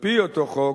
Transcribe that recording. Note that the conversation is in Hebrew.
על-פי אותו חוק,